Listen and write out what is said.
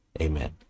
Amen